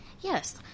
Yes